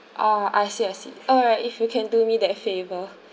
orh I see I see alright if you can do me that favour